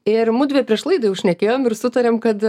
ir mudvi prieš laidą jau šnekėjom ir sutarėm kad